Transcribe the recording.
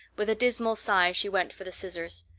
with a dismal sigh she went for the scissors.